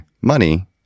money